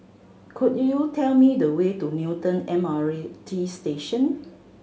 could you tell me the way to Newton M R A T Station